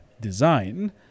design